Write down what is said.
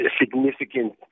significant